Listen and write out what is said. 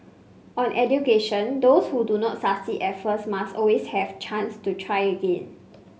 on education those who do not succeed at first must always have chance to try again